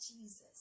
Jesus